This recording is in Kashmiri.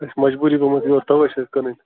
اَسہِ مجبوٗری گمٕژ یورٕ تَوے چھِ کٕنٕنۍ